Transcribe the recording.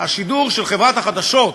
השידור של חברת החדשות,